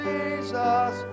Jesus